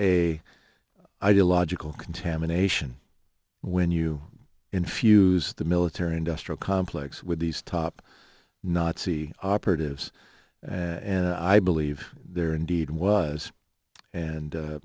a ideological contamination when you infuse the military industrial complex with these top nazi operatives and i believe there indeed was and